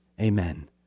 Amen